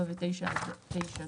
(4) ו-(9) עד (9ד).